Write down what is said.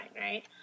right